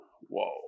Whoa